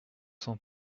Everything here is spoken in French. cent